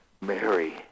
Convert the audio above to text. Mary